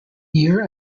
year